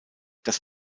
das